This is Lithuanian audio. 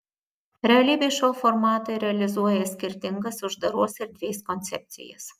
realybės šou formatai realizuoja skirtingas uždaros erdvės koncepcijas